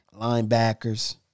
linebackers